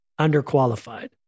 underqualified